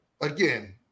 again